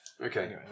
Okay